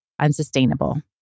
unsustainable